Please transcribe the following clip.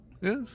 yes